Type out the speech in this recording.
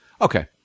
Okay